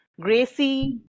Gracie